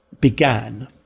began